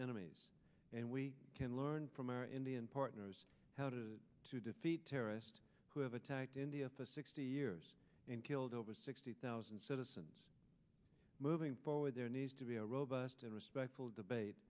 enemies and we can learn from our indian partners how to to defeat terrorists who have attacked india for sixty years and killed over sixty thousand citizens moving forward there needs to be a robust and respectful debate